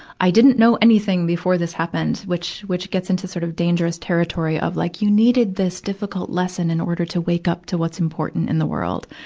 i didn't know anything before this happened, which, which gets into sort of dangerous territory of like, you needed this difficult lesson in order to wake up to what's important in the world.